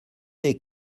des